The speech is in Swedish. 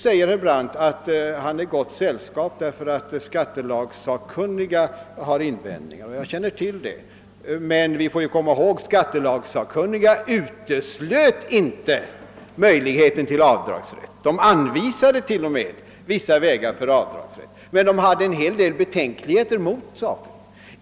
Herr Brandt anser att han är i gott sällskap, eftersom även skattelagssakkunniga har invändningar att göra. Jag känner till det. Men vi får komma ihåg, att skattelagssakkunniga inte uteslöt möjligheten till avdragsrätt — de anvisade t.o.m. vissa vägar för avdrag — men de hyste en del betänkligheter mot saken.